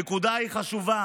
הנקודה היא חשובה,